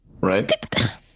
Right